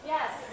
Yes